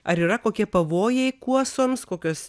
ar yra kokie pavojai kuosoms kokios